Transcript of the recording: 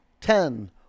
ten